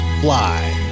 Fly